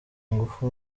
ngufu